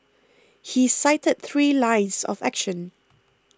he cited three lines of action